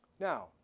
Now